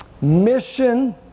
mission